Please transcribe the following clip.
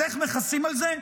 אז איך מכסים על זה?